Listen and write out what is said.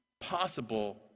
possible